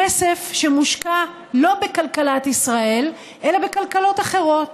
כסף שמושקע לא בכלכלת ישראל, אלא בכלכלות אחרות.